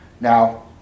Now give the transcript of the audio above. Now